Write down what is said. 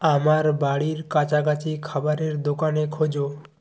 আমার বাড়ির কাছাকাছি খাবারের দোকানে খোঁজো